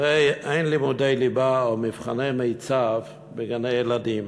הרי אין לימודי ליבה או מבחני מיצ"ב בגני-ילדים.